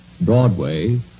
Broadway